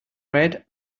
red